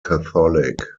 catholic